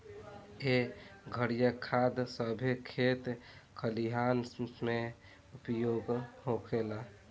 एह घरिया खाद सभे खेत खलिहान मे उपयोग होखेला